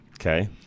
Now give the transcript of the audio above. okay